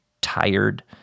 tired